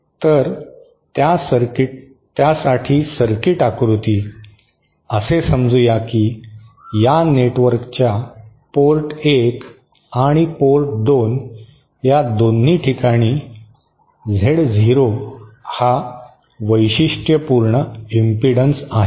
तर त्या साठी सर्किट आकृती असे समजू या की या नेटवर्कच्या पोर्ट 1 आणि पोर्ट 2 या दोन्ही ठिकाणी झेड झिरो हा वैशिष्ट्यपूर्ण इम्पिडन्स आहे